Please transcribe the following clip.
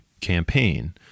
campaign